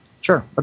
Sure